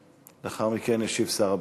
לאחר מכן ישיב שר הביטחון.